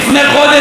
לפני חודש,